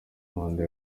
manda